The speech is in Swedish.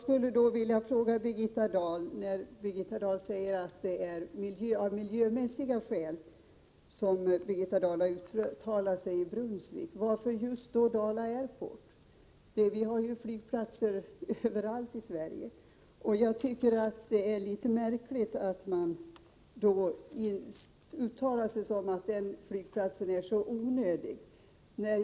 Herr talman! När Birgitta Dahl säger att hon uttalat sig i Brunnsvik av miljömässiga skäl måste jag fråga varför hon uttalade sig om just Dala Airport. Vi har ju flygplatser överallt i Sverige. Det är litet märkligt att hon gör ett uttalande med innebörden att just Dala Airport är så onödig.